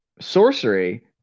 Sorcery